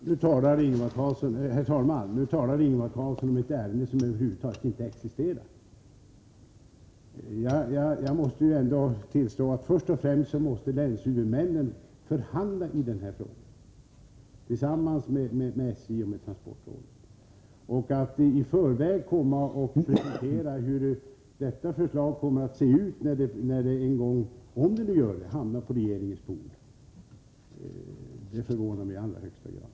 Herr talman! Nu talar Ingvar Karlsson i Bengtsfors om ett ärende som över huvud taget inte existerar. Jag måste ändå påpeka att länshuvudmannen måste förhandla i denna fråga med SJ och transportrådet. Att Ingvar Karlsson begär att vi i förväg skall diskutera hur förslaget kommer att se ut, när det en gång hamnar på regeringens bord — om det nu gör det — förvånar mig i allra högsta grad.